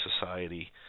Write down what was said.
society